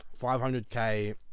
500k